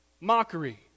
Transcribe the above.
Mockery